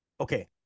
okay